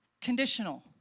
conditional